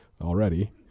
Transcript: already